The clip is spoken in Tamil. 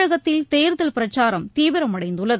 தமிழகத்தில் தேர்தல் பிரச்சாரம் தீவிரமடைந்துள்ளது